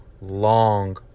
long